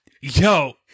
Yo